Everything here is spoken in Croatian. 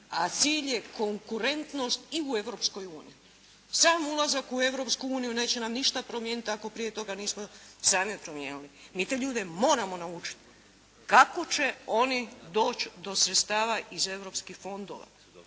a cilj je konkurentnost i u Europskoj uniji. Sam ulazak u Europsku uniju neće nam ništa promijeniti ako prije toga nismo sami promijenili. Mi te ljude moramo naučiti kako će oni doći do sredstava iz Europskih fondova.